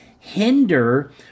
Hinder